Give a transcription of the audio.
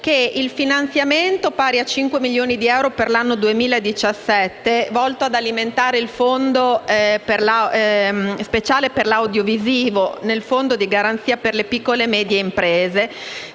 il finanziamento pari a 5 milioni di euro per l’anno 2017, volto ad alimentare la sezione speciale per l’audiovisivo del Fondo di garanzia per le piccole e medie imprese,